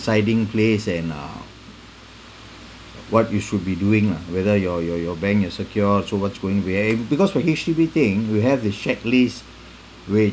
residing place and uh what you should be doing lah whether your your your bank is secured so what's going behind because for H_D_B thing we have the check list which